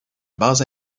base